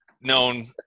known